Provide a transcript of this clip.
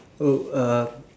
oh uh